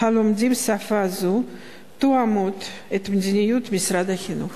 הלומדים שפה זו תואמים את מדיניות משרד החינוך?